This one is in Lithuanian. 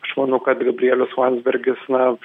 aš manau kad gabrielius landsbergis na